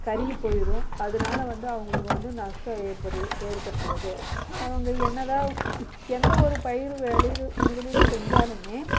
கருகி போயிடும் அதனால வந்து அவங்களுக்கு வந்து நஷ்டம் ஏற்படு ஏற்பட்டிருது அவங்க என்னதான் எந்த ஒரு பயிர் விளையுது முதலீடு செஞ்சாலுமே